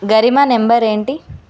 Garima number ఏంటి